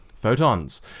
Photons